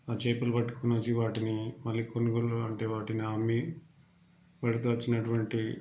చేపలు పట్టుకొని వచ్చి వాటిని మళ్ళీ కొనుగోలు అంటే వాటిని అమ్మి వాటితో వచ్చినటువంటి